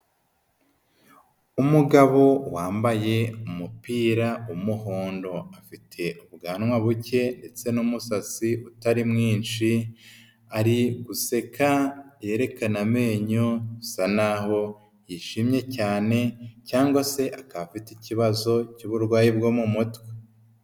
Umugabo wambaye umupira w'umuhondo, afite ubwanwa buke ndetse n'umusatsi utari mwinshi, ari guseka yerekana amenyo bisa naho yishimye cyane cyangwa se akafite ikibazo cy'uburwayi bwo mu mutwe.